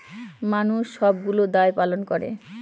মানুষ সবগুলো দায় পালন করে